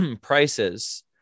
prices